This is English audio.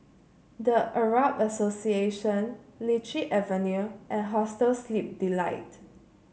The Arab Association Lichi Avenue and Hostel Sleep Delight